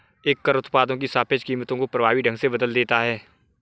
एक कर उत्पादों की सापेक्ष कीमतों को प्रभावी ढंग से बदल देता है